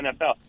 nfl